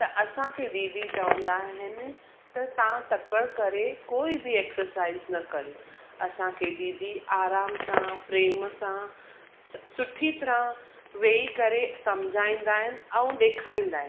त असांखे दीदी चवंदा आहिनि त तव्हां तकड़ि करे कोई बि एक्ससाइज़ न कयो असांखे दीदी आराम सां प्रेम सां सुठी तरह वेही करे सम्झाईंदा आहिनि ऐं ॾेखारींदा आहिनि